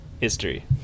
History